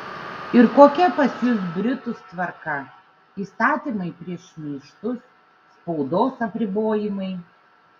ir kokia pas jus britus tvarka įstatymai prieš šmeižtus spaudos apribojimai